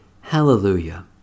Hallelujah